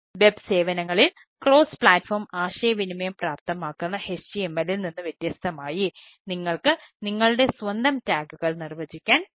web നിർവചിക്കാൻ കഴിയും